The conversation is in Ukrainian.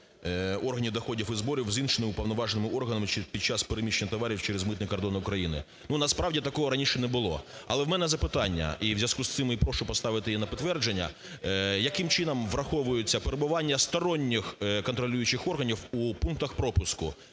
органів доходів і зборів з іншими уповноваженими органами під час переміщення товарів через митний кордон України. Ну, насправді, такого раніше не було. Але в мене запитання, і у зв'язку з цим і прошу поставити її на підтвердження, яким чином враховується перебування сторонніх контролюючих органів у пунктах пропуску?